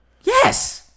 Yes